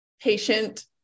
patient